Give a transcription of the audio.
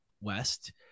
West